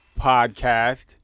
podcast